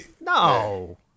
No